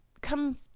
come